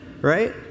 Right